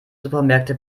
supermärkte